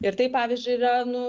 ir tai pavyzdžiui yra nu